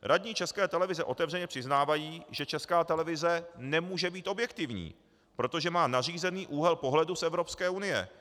Radní České televize otevřeně přiznávají, že Česká televize nemůže být objektivní, protože má nařízený úhel pohledu z Evropské unie.